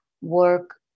work